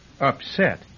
Upset